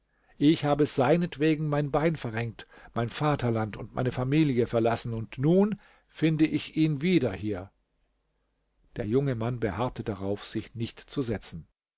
ich habe seinetwegen mein bein verrenkt mein vaterland und meine familie verlassen und nun finde ich ihn wieder hier der junge mann beharrte darauf sich nicht zu setzen